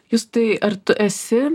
justai ar tu esi